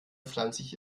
pflanzlich